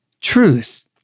truth